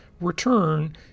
return